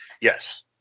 Yes